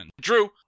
Drew